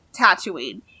Tatooine